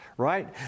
right